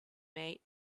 mate